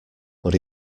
but